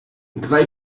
dwaj